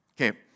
Okay